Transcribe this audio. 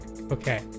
Okay